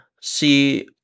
see